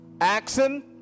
Action